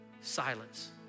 Silence